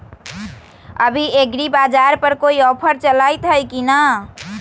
अभी एग्रीबाजार पर कोई ऑफर चलतई हई की न?